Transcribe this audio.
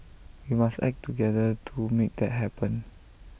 we must act together to make that happen